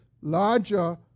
larger